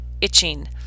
itching